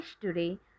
today